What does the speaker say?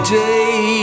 day